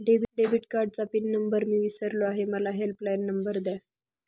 debit कार्डचा pin number मी विसरलो आहे मला हेल्पलाइन नंबर द्या